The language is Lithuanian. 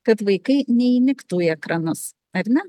kad vaikai neįniktų į ekranus ar ne